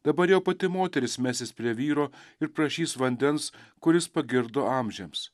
dabar jau pati moteris mesis prie vyro ir prašys vandens kuris pagirdo amžiams